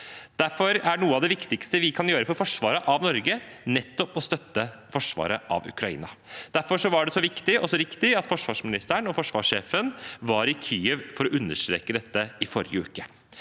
Derfor er noe av det viktigste vi kan gjøre for forsvaret av Norge, nettopp å støtte forsvaret av Ukraina. Derfor var det så viktig og riktig at forsvarsministeren og forsvarssjefen var i Kyiv for å understreke dette i forrige uke,